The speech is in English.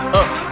up